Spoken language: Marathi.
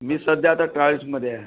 मी सध्या आता ट्राअल्समध्ये आहे